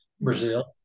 Brazil